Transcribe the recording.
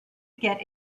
get